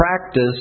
practice